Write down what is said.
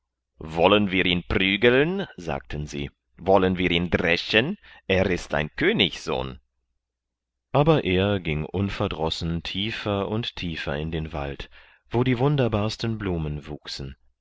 wollen wir ihn prügeln sagten sie wollen wir ihn dreschen er ist ein königssohn aber er ging unverdrossen tiefer und tiefer in den wald wo die wunderbarsten blumen wuchsen